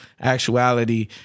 actuality